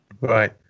right